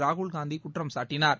ராகுல்காந்தி குற்றம் சாட்டினார்